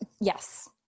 Yes